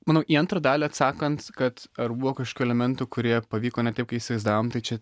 manau į antrą dalį atsakant kad ar buvo kažkokių elementų kurie pavyko ne taip kai įsivaizdavom tai čia